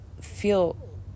feel